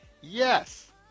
Yes